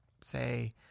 say